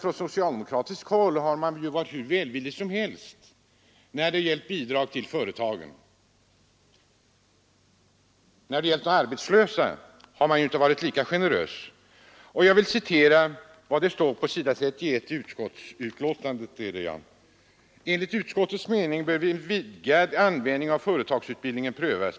Socialdemokraterna har ju varit hur välvilliga som helst när det gällt bidrag till företagen. När det gällt arbetslösa har man inte varit lika generös. Jag vill citera vad som sägs på s. 31 i utskottsbetänkandet — för detta svarar en borgerlig majoritet. Där står: ”Enligt utskottets mening bör en vidgad användning av företagsutbildning prövas.